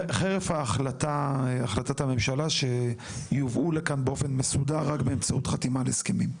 חרף החלטת הממשלה שיובאו לכאן באופן מסודר רק באמצעות חתימה על הסכמים?